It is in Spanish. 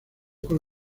con